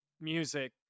music